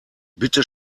bitte